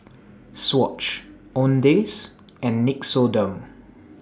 Swatch Owndays and Nixoderm